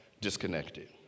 disconnected